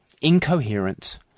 incoherent